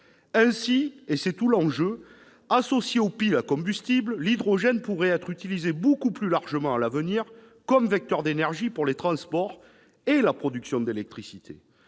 Ainsi, et c'est tout l'enjeu, associé aux piles à combustible, l'hydrogène pourrait être utilisé beaucoup plus largement à l'avenir comme vecteur d'énergie pour les transports et la production d'électricité.